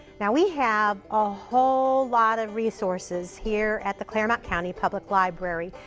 now we have a whole lot of resources here at the clermont county public library.